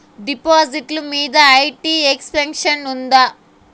డిపాజిట్లు మీద IT exemption ఉందా?